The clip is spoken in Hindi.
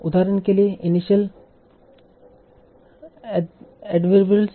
उदाहरण के लिए इनिशियल एद्वर्बिअल्स